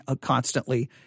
constantly